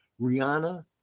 Rihanna